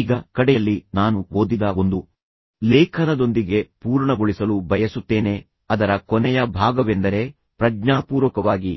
ಈಗ ಕಡೆಯಲ್ಲಿ ನಾನು ಓದಿದ ಒಂದು ಲೇಖನದೊಂದಿಗೆ ಪೂರ್ಣಗೊಳಿಸಲು ಬಯಸುತ್ತೇನೆ ಅದರ ಕೊನೆಯ ಭಾಗವೆಂದರೆ ಪ್ರಜ್ಞಾಪೂರ್ವಕವಾಗಿ